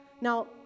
now